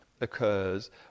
occurs